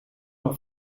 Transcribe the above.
alla